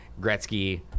Gretzky